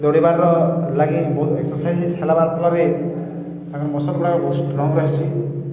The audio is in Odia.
ଦୌଡ଼ିବାର ଲାଗି ବହୁତ ଏକ୍ସରସାଇଜ୍ ହେଲାବାର ଫଳରେ ତାଙ୍କର ମସଲ୍ଗୁଡ଼ା ବହୁତ ଷ୍ଟ୍ରଙ୍ଗ ରହେସି